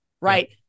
right